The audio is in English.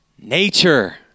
nature